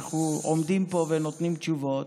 אנחנו עומדים פה ונותנים תשובות,